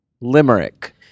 Limerick